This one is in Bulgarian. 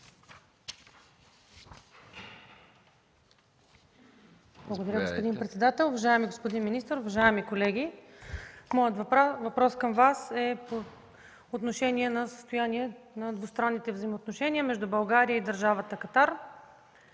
Благодаря, господин председател. Уважаеми господин министър, уважаеми колеги! Моят въпрос към Вас е по отношение на състоянието на двустранните взаимоотношения между България и Държавата Катар.